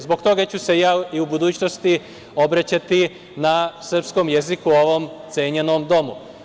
Zbog toga ću se ja i u budućnosti obraćati na srpskom jeziku ovom cenjenom domu.